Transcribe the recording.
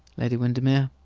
lady windermere.